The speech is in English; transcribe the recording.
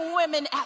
women